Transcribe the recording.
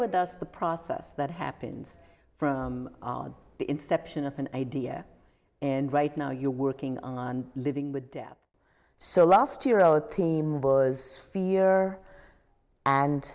with us the process that happens from the inception of an idea and right now you're working on living with death so last year zero theme was fear and